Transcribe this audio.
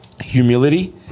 humility